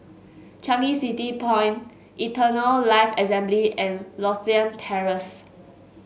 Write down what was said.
Changi City Point Eternal Life Assembly and Lothian Terrace